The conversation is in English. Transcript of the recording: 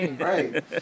Right